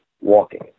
walking